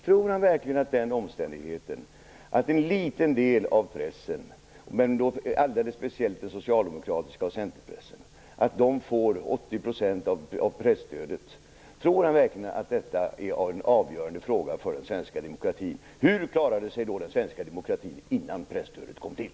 Tror han verkligen att den omständigheten att en liten del av pressen - alldeles speciellt den socialdemokratiska och Centerpressen - får 80 % av presstödet är av avgörande betydelse för den svenska demokratin? Hur klarade sig då den svenska demokratin innan presstödet kom till?